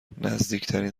نزدیکترین